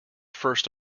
first